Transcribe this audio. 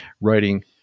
writing